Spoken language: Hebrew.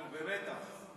אנחנו במתח.